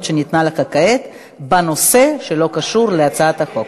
שניתנה לך כעת בנושא שלא קשור להצעת החוק.